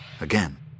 Again